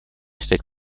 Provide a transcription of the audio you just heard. считать